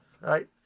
Right